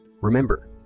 Remember